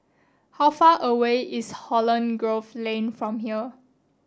how far away is Holland Grove Lane from here